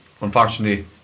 unfortunately